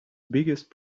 biggest